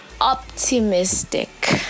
optimistic